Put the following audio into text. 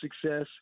success